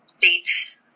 Beach